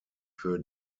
für